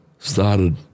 started